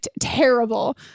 terrible